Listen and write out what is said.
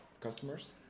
customers